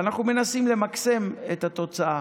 אנחנו מנסים למקסם את התוצאה.